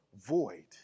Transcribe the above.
void